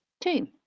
Two